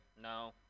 no